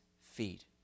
feet